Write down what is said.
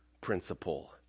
principle